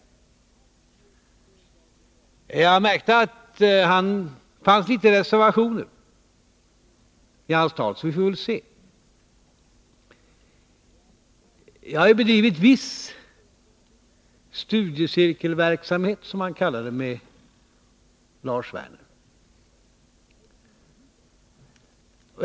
Jag märkte att det fanns litet av reservationer i Lars Werners tal, så vi får väl se. Jag har ju bedrivit viss studiecirkelverksamhet, som han kallar det, med Lars Werner.